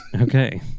okay